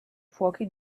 fuochi